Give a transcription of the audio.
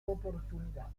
oportunidad